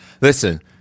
listen